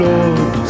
Lord